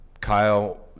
Kyle